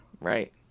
Right